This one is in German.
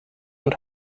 und